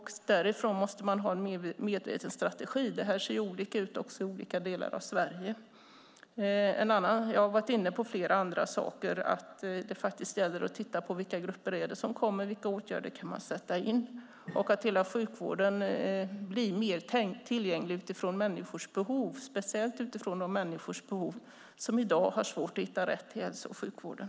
Därifrån måste man ha en medveten strategi. Detta ser också olika ut i olika delar av Sverige. Jag har varit inne på flera andra saker. Det gäller att titta på vilka grupper som kommer och vilka åtgärder man kan sätta in och att hela sjukvården blir mer tillgänglig utifrån människors behov, speciellt utifrån de människors behov som i dag har svårt att hitta rätt inom hälso och sjukvården.